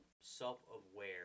self-aware